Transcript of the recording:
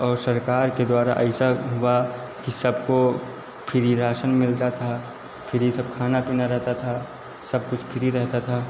और सरकार के द्वारा अइसा हुआ कि सबको फिरि रासन मिलता था फ्री सब खाना पीना रहता था सब कुछ फ्री रहता था